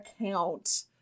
account